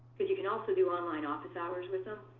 because you can also do online office hours with them,